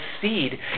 seed